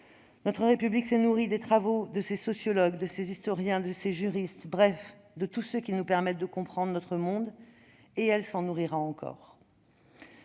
Notre République s'est nourrie des travaux de ses sociologues, de ses historiens, de ses juristes, bref de tous ceux qui nous permettent de comprendre notre monde, et elle s'en nourrira encore.